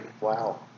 Wow